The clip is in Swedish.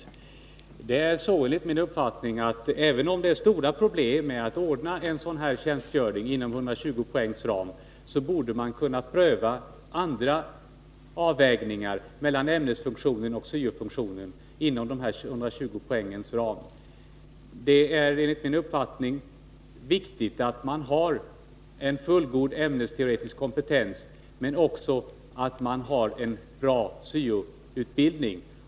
Även om det är förenat med stora problem att ordna en tjänstgöring inom ramen för 120 poäng, borde man kunna pröva andra avvägningar mellan ämnesfunktionen och syo-funktionen inom 120-poängsramen. Det är enligt min uppfattning viktigt att man har en fullgod ämnesteoretisk kompetens men också att man har en bra syo-utbildning.